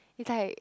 it's like